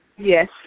yes